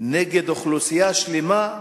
נגד אוכלוסייה שלמה,